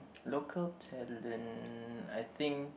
local talent I think